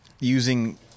using